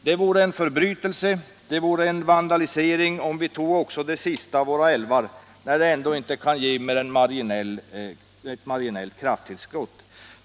Det vore en förbrytelse, en vandalisering, om vi också tog de sista av våra älvar, när de ändå inte kan ge mer än ett marginellt krafttillskott.